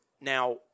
now